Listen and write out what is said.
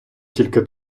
тільки